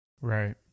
right